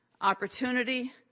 opportunity